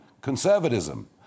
conservatism